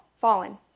fallen